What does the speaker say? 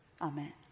Amen